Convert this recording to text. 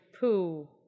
poo